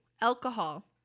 alcohol